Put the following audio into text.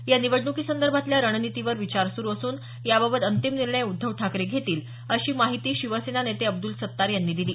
या निवडणुकांसंदर्भातल्या रणनीतीवर विचार सुरू असून याबाबत अंतिम निर्णय उद्धव ठाकरे घेतील अशी माहिती शिवसेना नेते अब्दुल सत्तार यांनी दिली